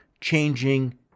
changing